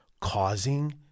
causing